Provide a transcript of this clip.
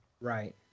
Right